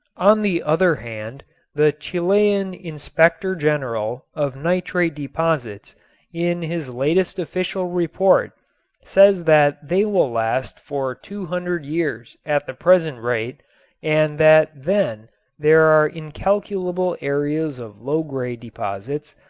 on the other hand the chilean inspector general of nitrate deposits in his latest official report says that they will last for two hundred years at the present rate and that then there are incalculable areas of low grade deposits,